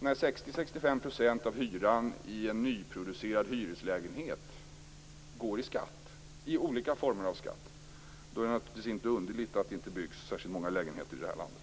När 60-65 % av hyran i en nyproducerad hyreslägenhet går till olika former av skatt, då är det inte underligt att det inte byggs särskilt många lägenheter i det här landet.